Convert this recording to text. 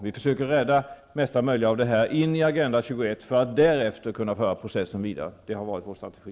Vi försöker rädda mesta möjliga av detta in i Agenda 21 för att därefter kunna föra processen vidare. Det har varit vår strategi.